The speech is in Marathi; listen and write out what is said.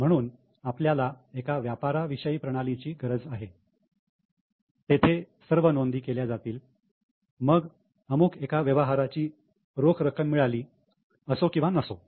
म्हणून आपल्याला एका व्यापाराविषयी प्रणालीची गरज आहे तेथे सर्व नोंदी केल्या जातील मग अमुक एका व्यवहाराची रोख रक्कम मिळाली असो किंवा नसो